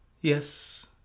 Yes